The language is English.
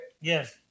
yes